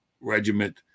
regiment